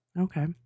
Okay